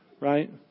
Right